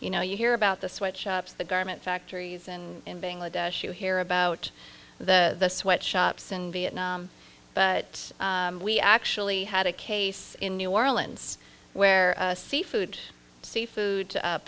you know you hear about the sweat shops the garment factories in bangladesh you hear about the sweat shops in vietnam but we actually had a case in new orleans where a seafood seafood